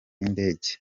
y’indege